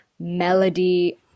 melody